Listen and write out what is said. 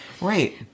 Right